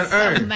earn